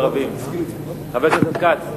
חבר הכנסת כץ,